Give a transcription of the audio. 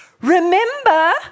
Remember